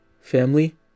family